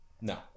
No